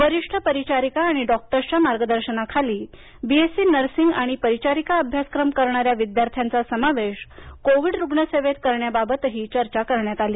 वरिष्ठ परिचारिका आणि डॉक्टर्सच्या मार्गदर्शनाखाली बीएससी नर्सिंग आणि परिचारिका अभ्यासक्रम करणाऱ्या विद्यार्थ्यांचा समावेश कोविड रुग्ण सेवेत करण्याबाबतही चर्चा करण्यात आली